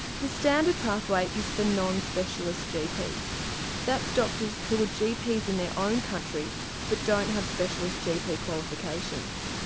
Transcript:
the standard pathway is for non-specialist gps that's doctors who were gps in their own country but don't have specialist gp qualifications.